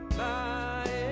bye